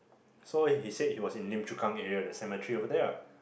so he said he was in Lim Chu Kang area the cemetery over there lah